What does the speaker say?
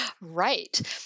Right